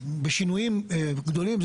בשינויים גדולים,